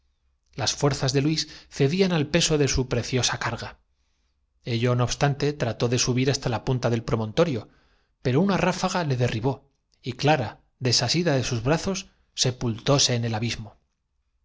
las fuerzas de luís cedían al peso de su muerte preciosa carga ello no obs tante trató de subir hasta la la lluvia se despeñó de golpe como si cataratas la punta del promontorio vomitasen y todos por instinto trataron de salir de la pero una ráfaga le derribó y clara desasida de sus brazos sepultóse en el abismo